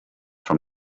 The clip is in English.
from